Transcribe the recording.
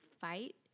fight